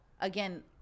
again